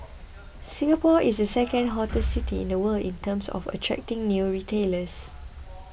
Singapore is the second hottest city in the world in terms of attracting new retailers